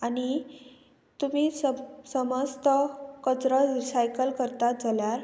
आनी तुमी सम समज तो कचरो रिसायकल करतात जाल्यार